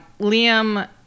Liam